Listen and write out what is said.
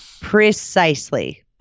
Precisely